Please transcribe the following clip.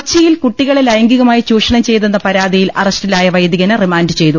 കൊച്ചിയിൽ കുട്ടികളെ ലൈംഗികമായി ചൂഷണം ചെയ്തെന്ന പരാതി യിൽ അറസ്റ്റിലായ വൈദികനെ റിമാന്റ് ചെയ്തു